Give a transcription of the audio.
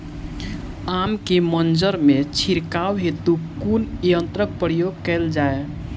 आम केँ मंजर मे छिड़काव हेतु कुन यंत्रक प्रयोग कैल जाय?